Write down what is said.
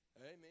Amen